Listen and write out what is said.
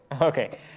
Okay